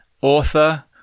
author